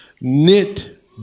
knit